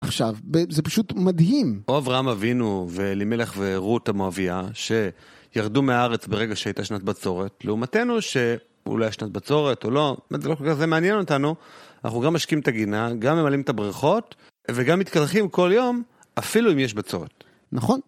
עכשיו, זה פשוט מדהים. אבינו ואלימילך ורות המואביה, שירדו מארץ ברגע שהייתה שנת בצורת, לעומתנו, שאולי יש שנת בצורת או לא, זה לא כל כך מעניין אותנו, אנחנו גם משקים את הגינה, גם ממלאים את הברכות, וגם מתקלחים כל יום, אפילו אם יש בצורת. נכון.